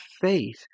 faith